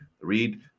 Read